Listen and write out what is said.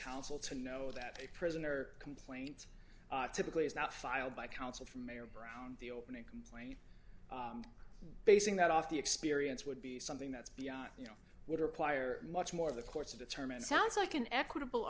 counsel to know that a prisoner complaint typically is not filed by counsel for mayor brown the opening complaint basing that off the experience would be something that's beyond you know would require much more of the courts to determine sounds like an equitable